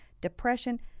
depression